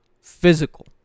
physical